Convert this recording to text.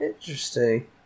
interesting